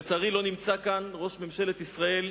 לצערי לא נמצא כאן ראש ממשלת ישראל,